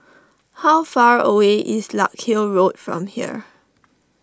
how far away is Larkhill Road from here